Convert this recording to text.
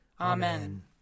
Amen